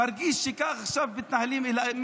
מרגיש שכך מתייחסים אליי עכשיו,